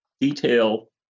detail